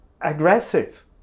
aggressive